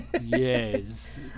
Yes